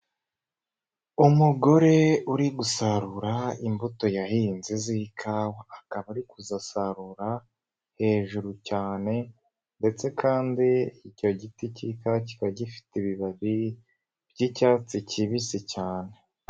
Umugore uri gusarura imbuto yahinze z'ikawa, akaba ari kuzisarura hejuru cyane ndetse kandi icyo giti k'ikawa kikaba gifite ibibabi by'icyatsi kibisi cyane.